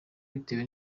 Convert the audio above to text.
bitewe